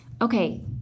okay